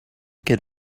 get